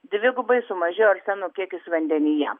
dvigubai sumažėjo arseno kiekis vandenyje